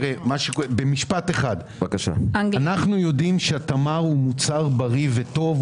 במשפט אחד: אנחנו יודעים שתמר הוא מוצר בריא וטוב,